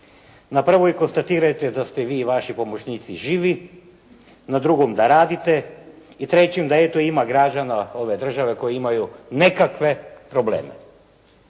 Na prvoj konstatirajte da ste vi i vaši pomoćnici živi, na drugom da radite i trećem da eto ima građana ove države koji imaju nekakve probleme.